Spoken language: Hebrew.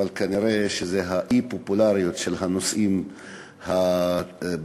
כנראה שזה האי-פופולריות של הנושאים הבריאותיים,